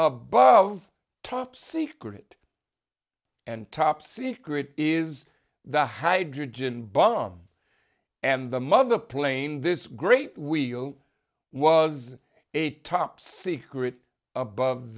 above top secret and top secret is the hydrogen bomb and the mother plane this great wheel was a top secret above